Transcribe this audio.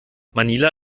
manila